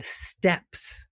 steps